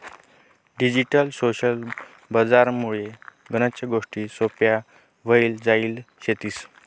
digital social बजार मुळे गनच गोष्टी सोप्प्या व्हई जायल शेतीस